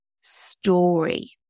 story